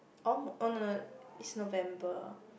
oh no no no it's November